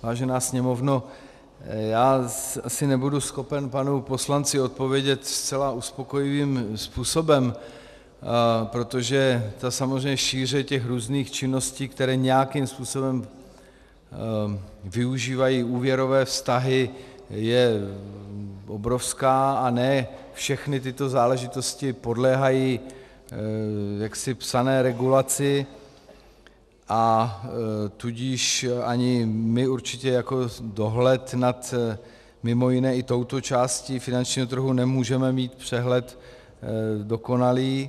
Vážená Sněmovno, já asi nebudu schopen panu poslanci odpovědět zcela uspokojivým způsobem, protože samozřejmě šíře těch různých činností, které nějakým způsobem využívají úvěrové vztahy, je obrovská a ne všechny tyto záležitosti podléhají psané regulaci, a tudíž ani my určitě jako dohled nad mj. i touto částí finančního trhu nemůžeme mít přehled dokonalý.